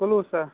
کلوسہ